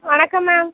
வணக்கம் மேம்